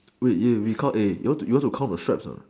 wait you call for the shirt anot